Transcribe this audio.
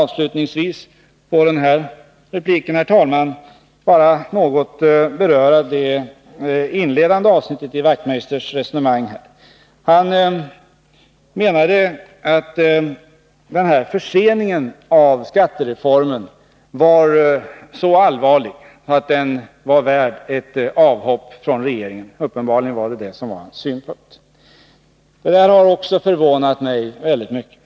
Avslutningsvis i den här repliken vill jag något beröra det inledande avsnittet i Knut Wachmeisters resonemang. Uppenbarligen menade han att förseningen av skattereformen var så allvarlig att den var värd ett avhopp från regeringen. Det här har också förvånat mig väldigt mycket.